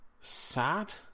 sad